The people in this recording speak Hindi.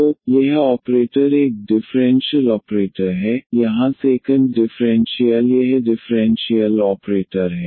तो यह ऑपरेटर एक डिफ़्रेंशियल ऑपरेटर है यहाँ सेकंड डिफ़्रेंशियल यह डिफ़्रेंशियल ऑपरेटर है